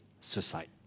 suicide